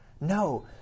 No